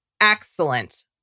excellent